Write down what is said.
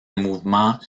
mouvements